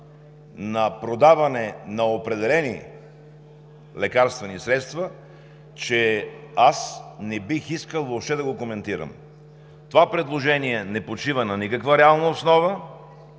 на продаване на определени лекарствени средства, че аз не бих искал въобще да го коментирам. Това предложение не почива на никаква реална основа,